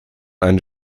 eine